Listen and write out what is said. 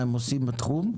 מה הם עושים בתחום.